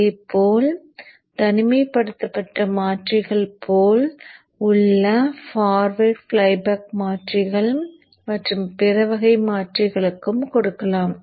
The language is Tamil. அதேபோல் தனிமைப்படுத்தப்பட்ட மாற்றிகள் போல் உள்ள ஃபார்வர்ட் ஃப்ளை பேக் மாற்றிகள் மற்றும் பிற வகை மாற்றிகளுக்கும் கொடுக்கலாம்